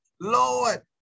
Lord